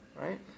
right